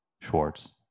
Schwartz